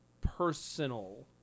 personal